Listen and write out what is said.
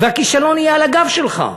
והכישלון יהיה על הגב שלך,